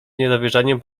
niedowierzaniem